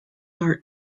art